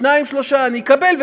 בשניים-שלושה אני אקבל קנס,